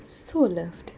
so loved